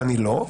ואני לא,